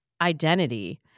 identity